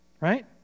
right